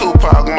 Tupac